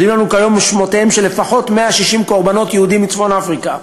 ידועים לנו כיום שמותיהם של לפחות 160 קורבנות יהודים מצפון-אפריקה